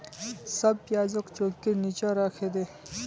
सब प्याजक चौंकीर नीचा राखे दे